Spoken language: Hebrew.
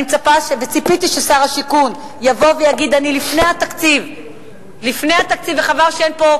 אני מצפה וציפיתי ששר השיכון יבוא ויגיד: אני לפני התקציב וחבל שאין פה,